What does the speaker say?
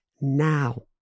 now